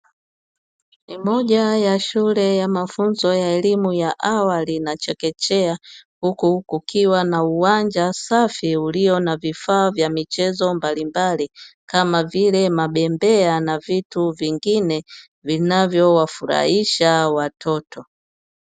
Moja ya shule ya mafunzo ya elimu ya wali na chekechea, huko huko kukiwa na uwanja safi, ulio na vifaa vya michezo mbalimbali, kama vile mabembea na vitu vingine vinavyo wafurahisha watoto.